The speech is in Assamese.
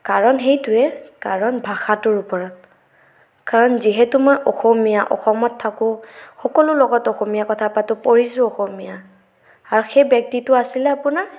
কাৰণ সেইটোৱে কাৰণ ভাষাটোৰ ওপৰত কাৰণ যিহেতু মই অসমীয়া অসমত থাকোঁ সকলো লগত অসমীয়া কথা পাতো পঢ়িছো অসমীয়া আৰু সেই ব্যক্তিটো আছিল আপোনাৰ